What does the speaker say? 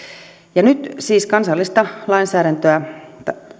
nyt siis kansallista lainsäädäntöä